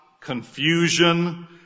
confusion